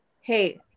hey